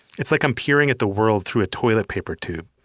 it's like i'm peering at the world through a toilet paper tube.